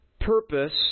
purpose